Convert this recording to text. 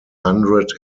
hundred